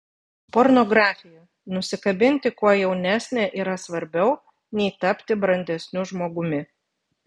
pornografija nusikabinti kuo jaunesnę yra svarbiau nei tapti brandesniu žmogumi